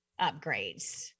upgrades